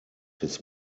his